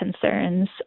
concerns